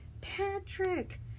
Patrick